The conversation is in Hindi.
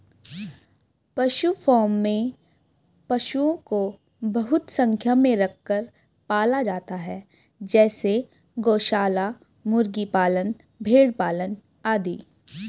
पशु फॉर्म में पशुओं को बहुत संख्या में रखकर पाला जाता है जैसे गौशाला, मुर्गी पालन, भेड़ पालन आदि